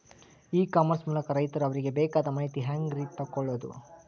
E commerce ಮೂಲಕ ರೈತರು ಅವರಿಗೆ ಬೇಕಾದ ಮಾಹಿತಿ ಹ್ಯಾಂಗ ರೇ ತಿಳ್ಕೊಳೋದು?